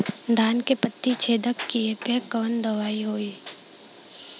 धान के पत्ती छेदक कियेपे कवन दवाई होई?